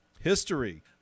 history